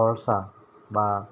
চৰ্চা বা